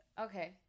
Okay